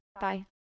Bye